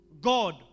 God